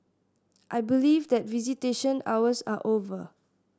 I believe that visitation hours are over